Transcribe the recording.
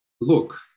look